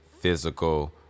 physical